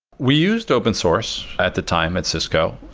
we used open-source at the time at cisco.